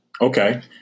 Okay